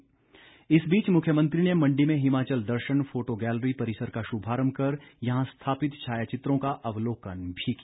जयराम इस बीच मुख्यमंत्री ने मंडी में हिमाचल दर्शन फोटो गैलरी परिसर का शुभारंभ कर यहां स्थापित छाया चित्रों का अवलोकन भी किया